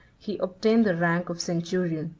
he obtained the rank of centurion,